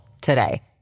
today